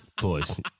Boys